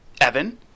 Evan